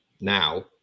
now